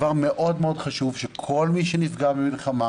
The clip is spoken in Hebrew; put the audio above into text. חשוב מאוד שכל מי שנפגע במלחמה